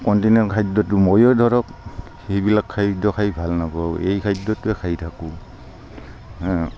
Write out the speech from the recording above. continental খাদ্যটো ময়ো ধৰক সেইবিলাক খাদ্য খাই ভাল নাপাওঁ এই খাদ্যটোৱে খাই থাকোঁ